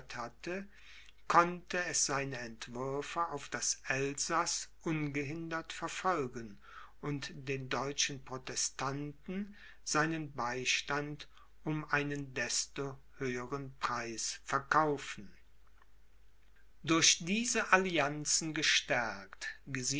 hatte konnte es seine entwürfe auf das elsaß ungehindert verfolgen und den deutschen protestanten seinen beistand um einen desto höheren preis verkaufen durch diese allianzen